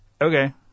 Okay